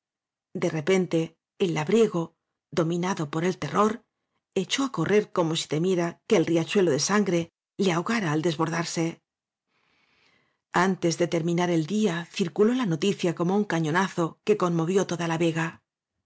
de repente el labriego dominado por el terror echó á correr como si temiera que el riachuelo de sangre le ahogara al desbordarse áñ ntes de terminar el día circuló la noticia como un cañonazo que conmovió toda la vega